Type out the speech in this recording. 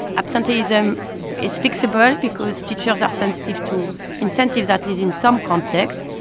absenteeism is fixable because teachers are sensitive to incentives, at least in some context.